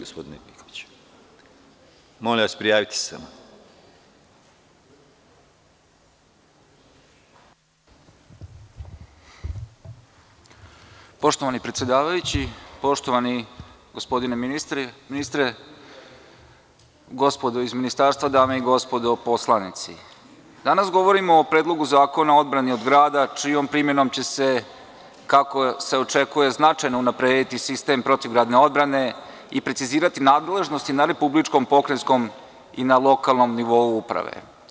Poštovani predsedavajući, poštovani gospodine ministre, gospodo iz ministarstva, dame i gospodo poslanici, danas govorimo o Predlogu zakona o odbrani od grada čijom primenom će se, kako se očekuje, značajno unaprediti protivgradna odbrana i precizirati nadležnosti na republičkom, pokrajinskom i na lokalnom nivou uprave.